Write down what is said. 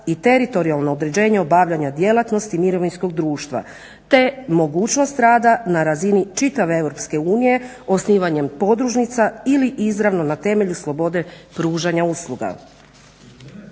i teritorijalno određenje obavljanja djelatnosti mirovinskog društva te mogućnost rada na razini čitave EU osnivanjem podružnica ili izravno na temelju slobode pružanja usluga.